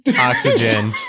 oxygen